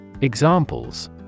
Examples